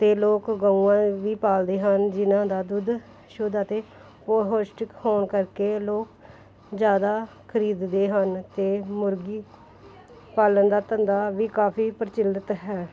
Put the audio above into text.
ਅਤੇ ਲੋਕ ਗਊਆਂ ਵੀ ਪਾਲਦੇ ਹਨ ਜਿਹਨਾਂ ਦਾ ਦੁੱਧ ਸ਼ੁੱਧ ਅਤੇ ਉਹ ਪੋਸ਼ਟਿਕ ਹੋਣ ਕਰਕੇ ਲੋਕ ਜ਼ਿਆਦਾ ਖਰੀਦਦੇ ਹਨ ਅਤੇ ਮੁਰਗੀ ਪਾਲਣ ਦਾ ਧੰਦਾ ਵੀ ਕਾਫੀ ਪ੍ਰਚਲਿਤ ਹੈ